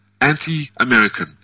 anti-American